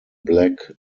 black